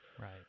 Right